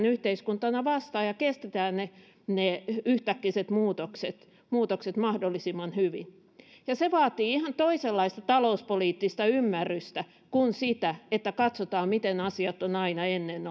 yhteiskuntana vastaamaan niihin ja kestämme ne ne yhtäkkiset muutokset muutokset mahdollisimman hyvin ja se vaatii ihan toisenlaista talouspoliittista ymmärrystä kuin sitä että katsotaan miten asiat ovat aina ennen